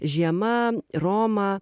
žiema roma